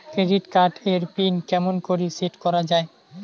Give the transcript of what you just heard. Credit card এর pin কেমন করি সেট করা য়ায়?